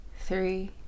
three